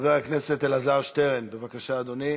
חבר הכנסת אלעזר שטרן, בבקשה, אדוני.